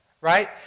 right